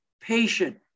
patient